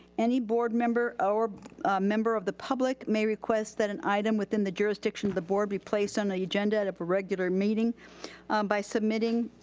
any board member, or member of the public may request that an item within the jurisdiction of the board be placed on a agenda at a regular meeting by submitting,